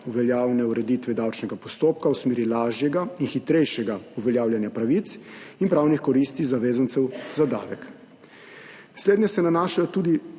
veljavne ureditve davčnega postopka v smeri lažjega in hitrejšega uveljavljanja pravic in pravnih koristi zavezancev za davek. Slednje se nanašajo tudi